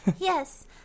Yes